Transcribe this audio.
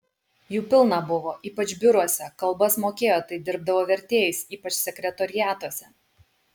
jų pilna buvo ypač biuruose kalbas mokėjo tai dirbdavo vertėjais ypač sekretoriatuose